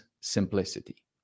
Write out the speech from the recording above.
simplicity